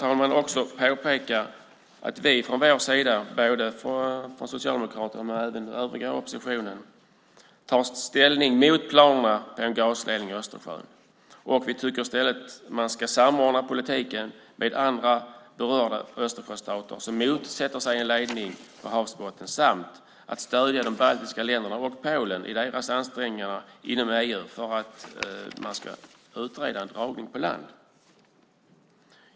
Jag vill också påpeka att vi från vår sida, både från Socialdemokraterna och från den övriga oppositionen, tar ställning mot planerna på en gasledning i Östersjön. Vi tycker i stället att man ska samordna politiken med andra berörda Östersjöstater som motsätter sig en ledning på havsbotten samt stödja de baltiska länderna och Polen i deras ansträngningar inom EU för att man ska utreda en dragning på land.